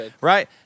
Right